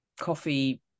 Coffee